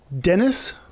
Dennis